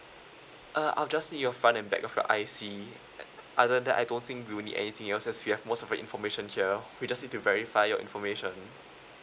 uh I'll just need your front and back of your I_C other than that I don't think we will need anything else as we have most of your information here we just need to verify your information